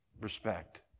Respect